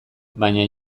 baina